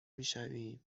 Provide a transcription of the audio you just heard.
میشویم